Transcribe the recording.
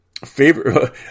Favorite